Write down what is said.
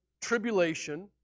tribulation